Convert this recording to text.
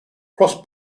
cross